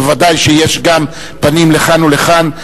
בוודאי שיש גם פנים לכאן ולכאן,